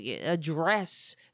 address